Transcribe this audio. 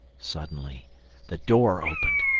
suddenly the door opened,